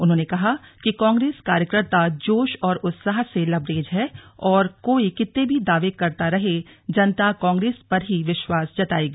उन्होंने कहा कि ्कांग्रेस कार्यकर्ता जोश और उत्साह से लबरेज हैं और कोई कितने भी दावे करता रहे जनता कांग्रेस पर ही विश्वास जतायेगी